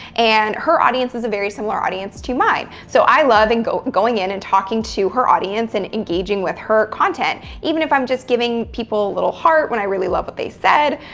and her audience is a very similar audience to mine. so, i love and going in and talking to her audience and engaging with her content. even if i'm just giving people a little heart, when i really love what they said,